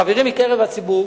החברים מקרב הציבור